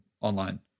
online